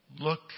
Look